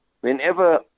Whenever